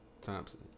Thompson